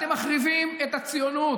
אתם מחריבים את הציונות.